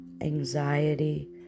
anxiety